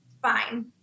fine